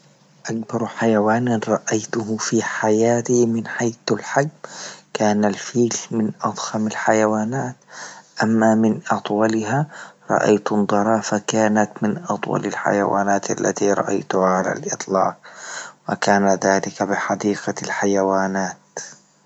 أنكر حيوانا رأيته في حياتي من حيث الحجم، كان الفيل من أضخم الحيوانات، أما من أطولها رأيت ظرافة كانت من أطول الحيوانات التي رأيتها على الاطلاق، وكان ذلك بحديقة الحيوانات.